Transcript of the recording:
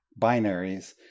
binaries